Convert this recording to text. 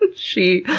ah she